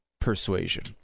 persuasion